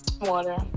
water